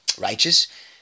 righteous